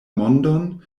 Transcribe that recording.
mondon